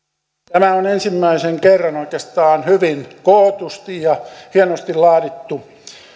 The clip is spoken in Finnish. tämä on ensimmäisen kerran oikeastaan hyvin kootusti ja hienosti laadittu